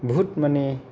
बुहुत माने